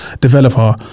developer